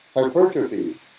hypertrophy